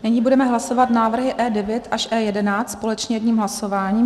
Nyní budeme hlasovat návrhy E9 až E11 společně jedním hlasováním.